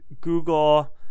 Google